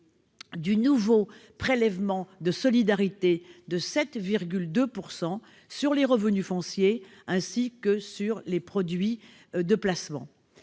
du nouveau prélèvement de solidarité de 7,2 % sur les revenus fonciers, ainsi que sur les produits de placement.